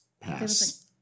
pass